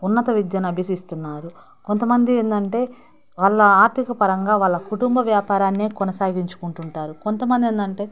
ఉన్నత విద్యను అభ్యసిస్తున్నారు కొంతమంది ఏంటంటే వాళ్ళ ఆర్థిక పరంగా వాళ్ళ కుటుంబ వ్యాపారాన్ని కొనసాగించుకుంటుంటారు కొంతమంది ఏంటంటే